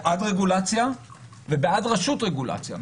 בעד רגולציה ובעד רשות רגולציה.